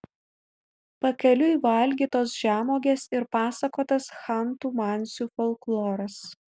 pakeliui valgytos žemuogės ir pasakotas chantų mansių folkloras